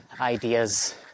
ideas